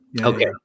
Okay